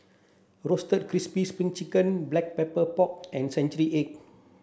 roasted crispy spring chicken black pepper pork and century egg